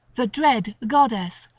the dread goddess,